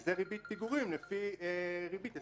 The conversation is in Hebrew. וזה ריבית פיגורים לפי ריבית הסכמית,